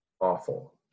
awful